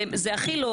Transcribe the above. זה הכי לא